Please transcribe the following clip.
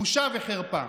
בושה וחרפה.